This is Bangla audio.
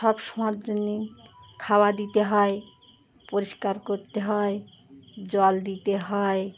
সব সময় জন্যে খাওয়া দিতে হয় পরিষ্কার করতে হয় জল দিতে হয়